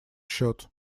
счет